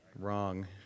Wrong